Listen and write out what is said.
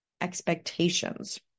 expectations